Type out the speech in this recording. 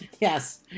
Yes